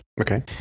Okay